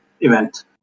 event